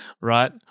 right